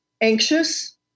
anxious